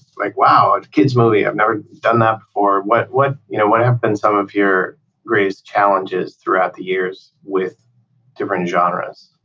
like wow, a kids movie. i've never done that before. what what you know have been some of your greatest challenges throughout the years with different genres?